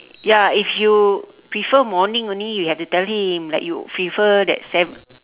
ya if you prefer morning only you have to tell him like you prefer that sev~